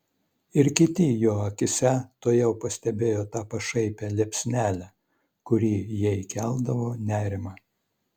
ir kiti jo akyse tuojau pastebėjo tą pašaipią liepsnelę kuri jai keldavo nerimą